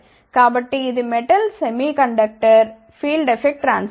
కాబట్టి ఇది metal semiconductor field effect transistor